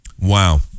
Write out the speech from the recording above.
Wow